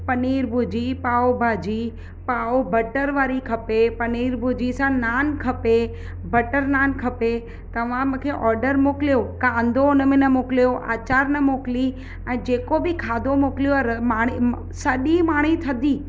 paneer bhurji pav bhaji pav butter वारी खपे पनीर भुर्जी सां नान खपे बटर नान खपे तव्हां मूंखे ऑडर मोकिलियो कांदो हुन में न मोकिलियो आचार न मोकिली ऐं जेको बि खाधो मोकिलियो आहे सॼी मानी थधी